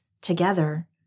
together